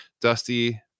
Dusty